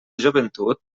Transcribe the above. joventut